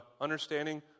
understanding